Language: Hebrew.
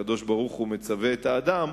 או שהקדוש-ברוך-הוא מצווה את האדם,